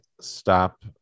stop